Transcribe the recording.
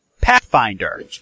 Pathfinder